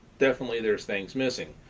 definitely there's things missing.